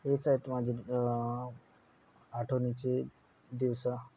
हेच आहेत माझे आठवणीचे दिवस